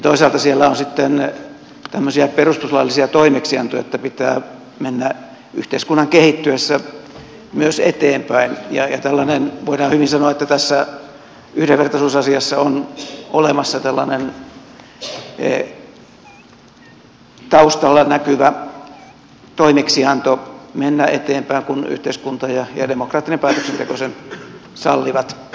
toisaalta siellä on sitten tämmöisiä perustuslaillisia toimeksiantoja että pitää mennä yhteiskunnan kehittyessä myös eteenpäin ja voidaan hyvin sanoa että tässä yhdenvertaisuusasiassa on olemassa tällainen taustalla näkyvä toimeksianto mennä eteenpäin kun yhteiskunta ja demokraattinen päätöksenteko sen sallivat